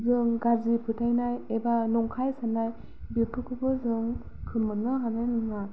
जों गाज्रि फोथायनाय एबा नंखाय साननाय बेफोरखौबो जों खोमोरनो हानाय नङा